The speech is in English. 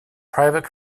private